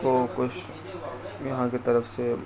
کو کچھ یہاں کی طرف سے